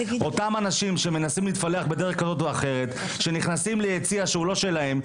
אותם אנשים שמנסים להתפלח בדרך זו ואחרת ושנכנסים ליציע שהוא לא שלהם,